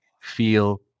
feel